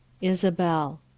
Isabel